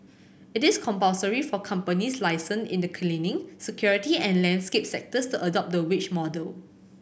it is compulsory for companies licensed in the cleaning security and landscape sectors adopt the wage model